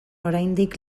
oraindik